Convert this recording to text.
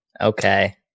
Okay